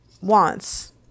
wants